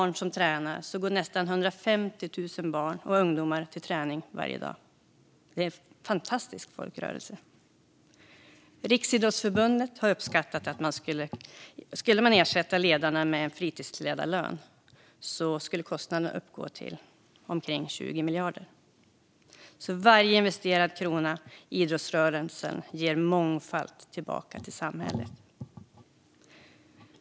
Nästan 150 000 barn och ungdomar går till träning varje dag. Det är en fantastisk folkrörelse. Riksidrottsförbundet har uppskattat att om man skulle ersätta ledarna med en fritidsledarlön skulle kostnaden uppgå till omkring 20 miljarder. Varje investerad krona i idrottsrörelsen ger mångfalt tillbaka till samhället.